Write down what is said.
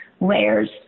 layers